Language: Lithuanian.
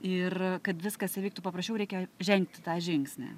ir kad viskas įvyktų paprasčiau reikia žengti tą žingsnį